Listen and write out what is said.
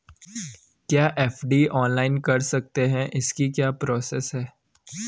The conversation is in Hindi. क्या एफ.डी ऑनलाइन कर सकते हैं इसकी क्या प्रोसेस है?